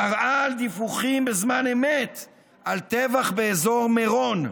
מראה על דיווחים בזמן אמת על טבח באזור מירון,